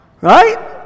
Right